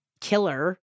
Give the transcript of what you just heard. killer